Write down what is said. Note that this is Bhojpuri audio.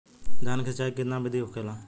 धान की सिंचाई की कितना बिदी होखेला?